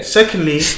Secondly